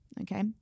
okay